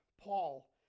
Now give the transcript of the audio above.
Paul